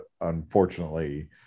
unfortunately